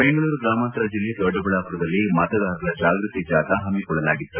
ಬೆಂಗಳೂರು ಗ್ರಾಮಾಂತರ ಜಿಲ್ಲೆ ದೊಡ್ಡಬಳ್ಳಾಮರದಲ್ಲಿ ಮತದಾರರ ಜಾಗೃತಿ ಜಾಥಾ ಹಮ್ಮಕೊಳ್ಳಲಾಗಿತ್ತು